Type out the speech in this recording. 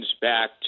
back